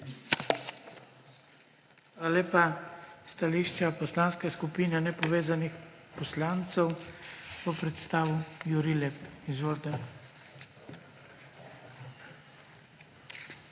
lepa. Stališče Poslanske skupine nepovezanih poslancev bo predstavil Jurij Lep. Izvolite.